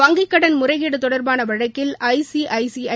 வங்கிக்கடன் முறைகேடு தொடர்பான வழக்கில் ஐசிஐசிஐ